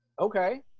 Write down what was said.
Okay